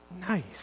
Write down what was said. Nice